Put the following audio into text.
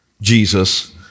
Jesus